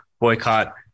boycott